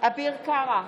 אביר קארה,